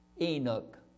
Enoch